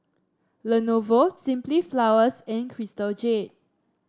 Lenovo Simply Flowers and Crystal Jade